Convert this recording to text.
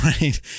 right